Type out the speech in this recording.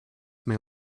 may